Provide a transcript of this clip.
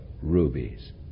rubies